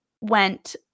went